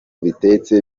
bitetse